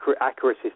accuracy